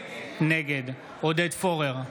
נגד עודד פורר,